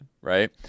right